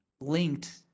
linked